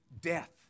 death